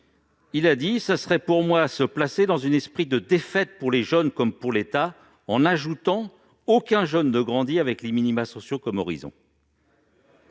Attal :« Ce serait, pour moi, se placer dans un esprit de défaite, pour les jeunes comme pour l'État. Aucun jeune ne grandit avec les minima sociaux comme horizon.